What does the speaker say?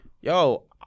yo